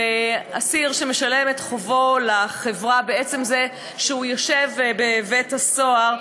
אסיר שמשלם את חובו לחברה בעצם זה שהוא יושב בבית-הסוהר,